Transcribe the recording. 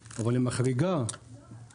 אבל גם היא מתמודדת עם אתגרים,